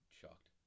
shocked